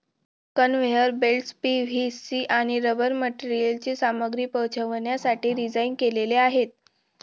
conveyor belts PVC आणि rubber मटेरियलची सामग्री पोहोचवण्यासाठी डिझाइन केलेले आहेत